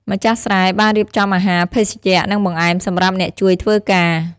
ម្ចាស់ស្រែបានរៀបចំអាហារ ភេសជ្ជៈ និងបង្អែមសម្រាប់អ្នកជួយធ្វើការ។